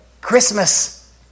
Christmas